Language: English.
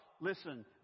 Listen